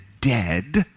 dead